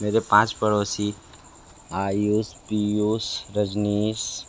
मेरे पाँच पड़ोसी आयुस पीयूस रजनीस